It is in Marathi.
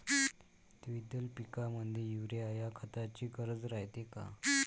द्विदल पिकामंदी युरीया या खताची गरज रायते का?